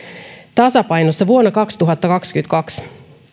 tasapainossa vuonna kaksituhattakaksikymmentäkaksi